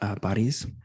bodies